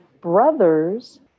brothers